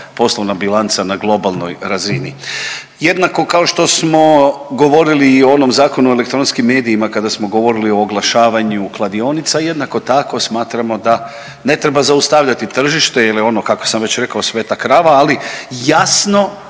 poslovna bilanca na globalnoj razini. Jednako kao što smo govorili i o onom Zakon o elektronskim medijima kada smo govorili o oglašavanju kladionica, jednako tako smatramo da ne treba zaustavljati tržište jel je ono, kako sam već rekao, sveta krava, ali jasno